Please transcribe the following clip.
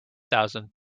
thousand